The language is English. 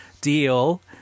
deal